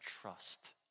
trust